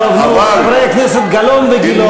טוב, נו, חברי הכנסת גלאון וגילאון.